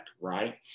right